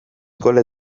gure